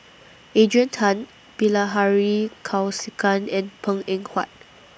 Adrian Tan Bilahari Kausikan and Png Eng Huat